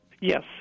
Yes